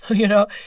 you know?